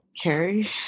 Carrie